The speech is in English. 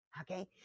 okay